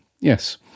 Yes